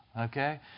okay